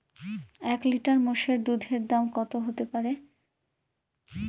এক লিটার মোষের দুধের দাম কত হতেপারে?